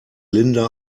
linda